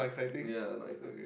ya not exciting